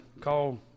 Call